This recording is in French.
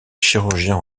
chirurgien